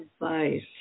advice